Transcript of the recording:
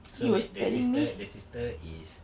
so is the sister the sister is